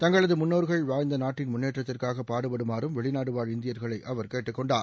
தங்களது முன்னோர்கள் வாழ்ந்த நாட்டின் முன்னேற்றத்திற்காக பாடுபடுமாறும் வெளிநாடுவாழ் இந்தியர்களை அவர் கேட்டுக்கொண்டார்